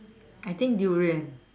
I think durian